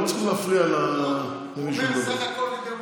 אבל לא צריך להפריע למי שמדבר.